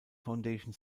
foundation